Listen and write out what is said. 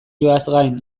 pribatutasuna